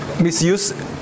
misuse